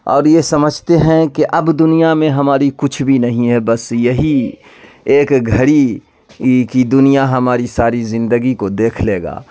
اور یہ سمجھتے ہیں کہ اب دنیا میں ہماری کچھ بھی نہیں ہے بس یہی ایک گھڑی کی دنیا ہماری ساری زندگی کو دیکھ لے گا